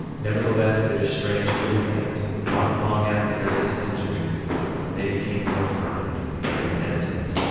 nevertheless, it is strange to relate, not long after their dissensions they became more hardened and impenitent,